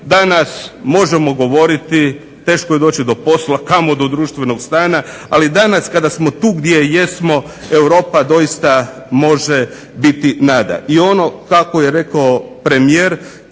danas možemo govoriti teško je doći do posla, a kamoli do društvenog stana. Ali danas kada smo tu gdje jesmo Europa može doista biti nada. I ono kako je rekao premijer